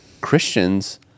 Christians